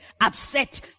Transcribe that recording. upset